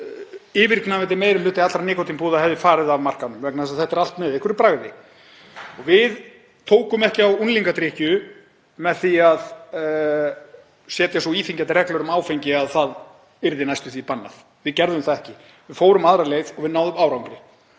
meiri hluti allra nikótínpúða hefði farið af markaðnum vegna þess að þetta er allt með einhverju bragði. Við tókum ekki á unglingadrykkju með því að setja svo íþyngjandi reglur um áfengi að það yrði næstum því bannað. Við gerðum það ekki. Við fórum aðra leið og við náðum árangri